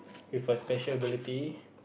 with a special ability